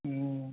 हँ